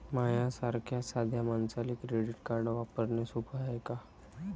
माह्या सारख्या साध्या मानसाले क्रेडिट कार्ड वापरने सोपं हाय का?